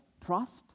trust